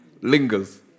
lingers